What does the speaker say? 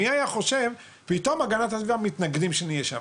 מי היה חושב שפתאום הגנת הסביבה מתנגדים שנהיה שם,